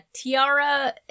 Tiara